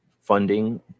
funding